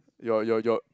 your your your